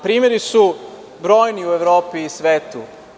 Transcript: Primeri su brojni u Evropi i svetu.